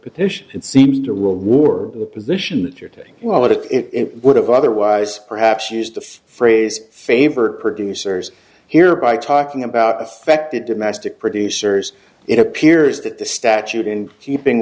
petition it seems to reward the position that you're taking well if it would have otherwise perhaps used the phrase favored producers here by talking about affected domestic producers it appears that the statute in keeping